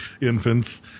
Infants